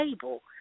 table